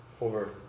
over